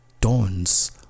dawns